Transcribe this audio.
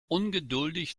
ungeduldig